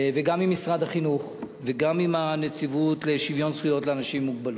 עם משרד החינוך וגם עם הנציבות לשוויון זכויות לאנשים עם מוגבלות.